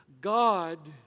God